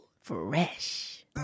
fresh